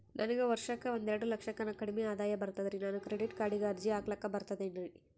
ನನಗ ವರ್ಷಕ್ಕ ಒಂದೆರಡು ಲಕ್ಷಕ್ಕನ ಕಡಿಮಿ ಆದಾಯ ಬರ್ತದ್ರಿ ನಾನು ಕ್ರೆಡಿಟ್ ಕಾರ್ಡೀಗ ಅರ್ಜಿ ಹಾಕ್ಲಕ ಬರ್ತದೇನ್ರಿ?